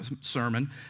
sermon